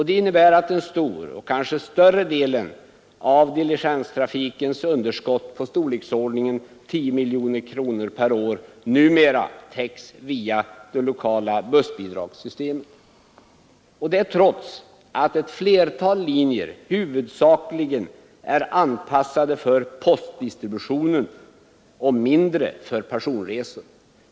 Det innebär att en stor del och kanske större delen av diligenstrafikens underskott på storleksordningen 10 miljoner kronor per år numera täcks via det lokala bussbidragssystemet, detta trots att ett flertal linjer huvudsakligen är anpassade för postdistributionen och mindre för personresor.